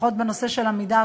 לפחות בנושא של "עמידר",